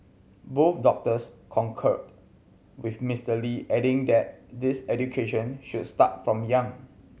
both doctors concurred with Mister Lee adding that this education should start from young